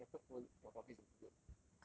if you had better phone your graphics would be good